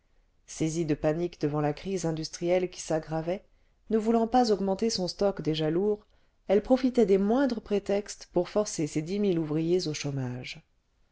saisie de panique devant la crise industrielle qui s'aggravait ne voulant pas augmenter son stock déjà lourd elle profitait des moindres prétextes pour forcer ses dix mille ouvriers au chômage